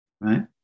right